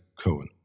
Cohen